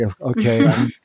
okay